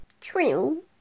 True